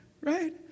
right